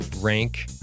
rank